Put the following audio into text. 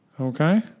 Okay